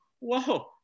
whoa